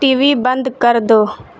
T V بند کر دو